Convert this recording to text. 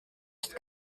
ist